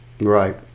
Right